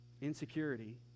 Insecurity